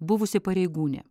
buvusi pareigūnė